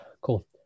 cool